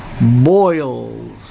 boils